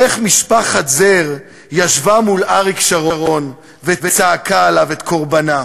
איך משפחת זר ישבה מול אריק שרון וצעקה עליו את קורבנה,